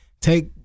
Take